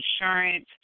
insurance